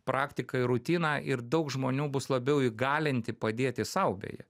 praktika ir rutina ir daug žmonių bus labiau įgalinti padėti sau beje